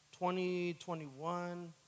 2021